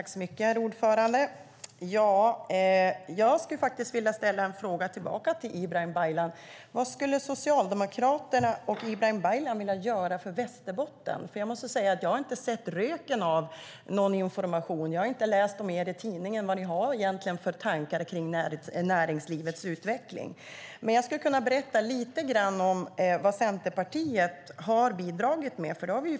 Herr talman! Jag skulle vilja ställa en fråga tillbaka till Ibrahim Baylan. Vad skulle Socialdemokraterna och Ibrahim Baylan vilja göra för Västerbotten? Jag har inte sett röken av någon information eller läst i tidningen om vad ni egentligen har för tankar kring näringslivets utveckling. Jag kan berätta lite grann om vad Centerpartiet har bidragit med.